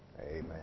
Amen